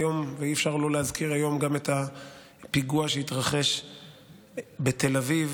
אי-אפשר לא להזכיר היום גם את הפיגוע שהתרחש בתל אביב